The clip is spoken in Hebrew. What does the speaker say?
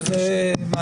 אז זה מעניין.